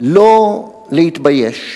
לא להתבייש,